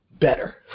better